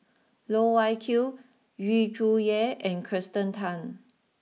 Loh Wai Kiew Yu Zhuye and Kirsten Tan